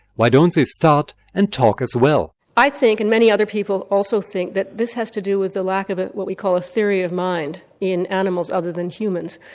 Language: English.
why don't they start and talk as well? i think and many other people also think that this has to do with the lack of what we call theory of mind in animals other than humans.